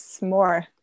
more